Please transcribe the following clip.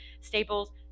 staples